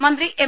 മന്ത്രി എം